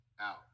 out